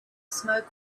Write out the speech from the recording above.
smoke